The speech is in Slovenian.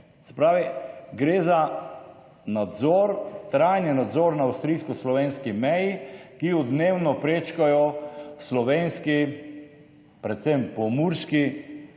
pravi, gre za nadzor, trajni nadzor na avstrijsko-slovenski meji, ki jo dnevno prečkajo slovenski, predvsem pomurski